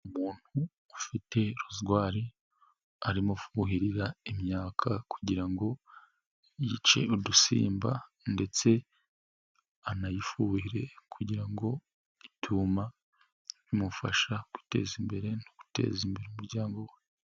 Umuntu ufite rozwari arimo kuhirira imyaka kugira ngo yice udusimba, ndetse anayifuhire kugira ngo ituma, bimufasha guteza imbere no guteza imbere umuryango we.